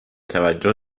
توجه